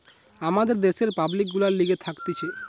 আমাদের দ্যাশের পাবলিক গুলার লিগে থাকতিছে